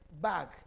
bag